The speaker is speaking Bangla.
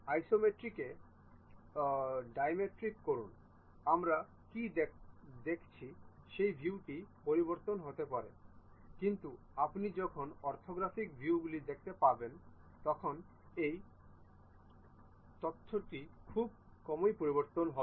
আইসোমেট্রিকে ডাইমেট্রিকে করুন আমরা কী দেখছি সেই ভিউটি পরিবর্তিত হতে পারে কিন্তু আপনি যখন অর্থোগ্রাফিক ভিউগুলি দেখতে যাবেন তখন এই তথ্যটি খুব কমই পরিবর্তন হয়